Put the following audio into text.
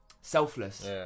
selfless